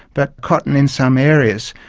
but cotton in some areas.